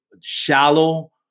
shallow